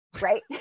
Right